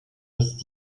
ist